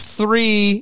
three